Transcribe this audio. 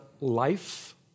life